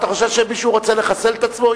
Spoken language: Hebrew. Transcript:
אתה חושב שמישהו רוצה לחסל את עצמו?